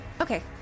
Okay